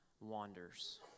wanders